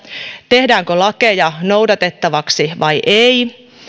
tehdäänkö lakeja noudatettavaksi vai ei